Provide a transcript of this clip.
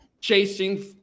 chasing